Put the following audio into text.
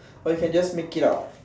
but you can just make it out